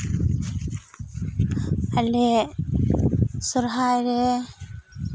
ᱟᱞᱮ ᱥᱚᱨᱦᱟᱭ ᱨᱮ